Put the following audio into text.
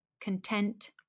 content